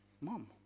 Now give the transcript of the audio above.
Mom